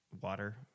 water